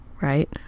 right